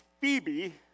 Phoebe